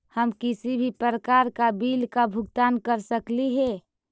हम किसी भी प्रकार का बिल का भुगतान कर सकली हे?